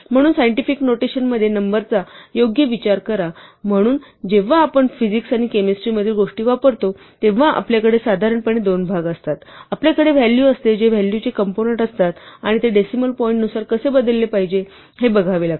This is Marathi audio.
म्हणून सायंटिफिक नोटेशन मध्ये नंबर चा योग्य विचार करा म्हणून जेव्हा आपण फिजिक्स आणि केमिस्ट्री मधील गोष्टी वापरतो तेव्हा आपल्याकडे साधारणपणे दोन भाग असतात आपल्याकडे व्हॅल्यू असते जे व्हॅल्यू चे कंपोनंन्ट असतात आणि ते डेसिमल पॉईंट नुसार कसे बदलले पाहिजे हे बघावे लागते